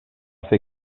fer